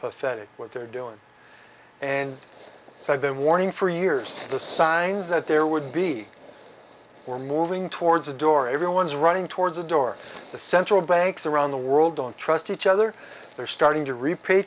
pathetic what they're doing and so i've been warning for years the signs that there would be we're moving towards the door everyone is running towards the door the central banks around the world don't trust each other they're starting to repa